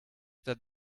that